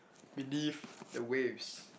beneath the waves